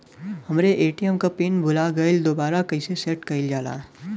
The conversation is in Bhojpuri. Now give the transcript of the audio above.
हमरे ए.टी.एम क पिन भूला गईलह दुबारा कईसे सेट कइलजाला?